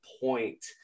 point